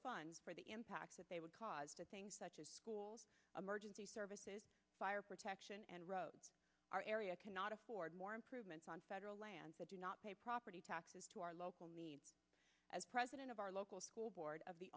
no for the impact that they would cause such as emergency services fire protection and wrote our area cannot afford more improvements on federal lands that do not pay property taxes to our local needs as president of our local school board of the